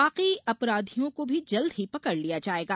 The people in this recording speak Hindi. बाकी अपराधियों को भी जल्द ही पकड़ लिया जायेगा